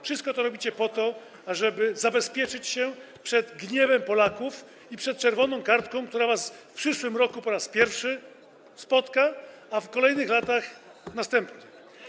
Wszystko to robicie po to, ażeby zabezpieczyć się przed gniewem Polaków i przed czerwoną kartką, która was w przyszłym roku po raz pierwszy spotka, w kolejnych latach będzie następna.